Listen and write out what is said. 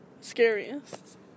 scariest